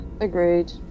agreed